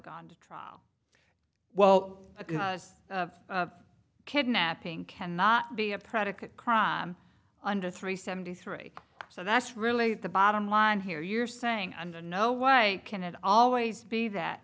gone to trial well because kidnapping cannot be a predicate crime under three seventy three so that's really the bottom line here you're saying under no way can it always be that